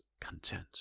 content